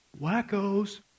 Wackos